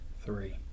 Three